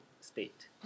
state